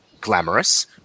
glamorous